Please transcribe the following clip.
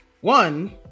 one